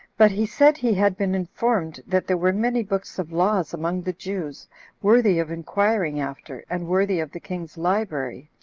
but he said he had been informed that there were many books of laws among the jews worthy of inquiring after, and worthy of the king's library,